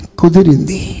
kudirindi